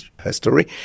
history